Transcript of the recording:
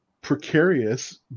precarious